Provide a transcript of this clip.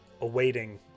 awaiting